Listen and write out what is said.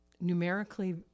numerically